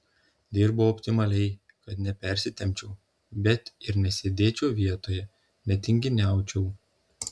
dirbau optimaliai kad nepersitempčiau bet ir nesėdėčiau vietoje netinginiaučiau